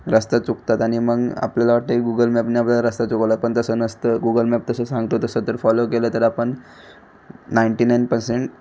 रस्ता चुकतात आणि मग आपल्याला वाटतं गुगल मॅपनं आपला रस्ता चुकवला पण तसं नसतं गुगल मॅप तसं सांगतो तसं तर फॉलो केलं तर आपण नाईंटी नाईन पर्सेंट